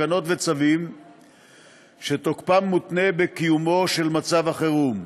תקנות וצווים שתוקפם מותנה בקיומו של מצב החירום.